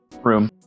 room